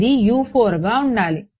ఇది గా ఉండాలి